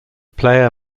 player